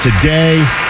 today